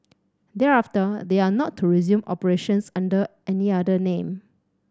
thereafter they are not to resume operations under any other name